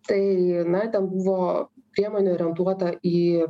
tai na ten buvo priemonė orientuota į